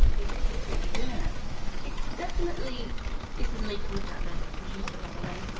it's huge yeah it's definitely this is lee kumutat, the producer by the way,